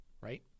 right